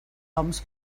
oms